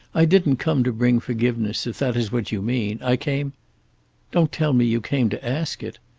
i didn't come to bring forgiveness, if that is what you mean. i came don't tell me you came to ask it.